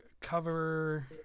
cover